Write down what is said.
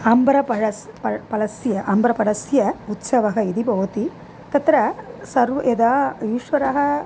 आम्रफलस्य पल् फलस्य आम्रफलस्य उत्सवः इति भवति तत्र सर्वं यदा ईश्वरः